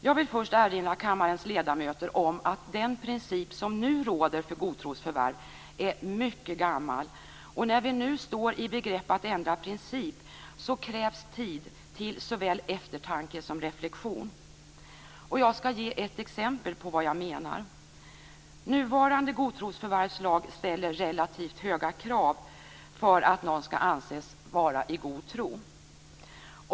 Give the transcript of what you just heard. Jag vill först erinra kammarens ledamöter om att den princip som nu råder för godtrosförvärv är mycket gammal. När vi nu står i begrepp att ändra princip krävs tid till såväl eftertanke som reflexion. Jag skall ge ett exempel på vad jag menar. Nuvarande godtrosförvärvslag ställer relativt höga krav för att någon skall anses vara i god tro.